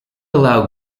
allow